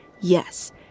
yes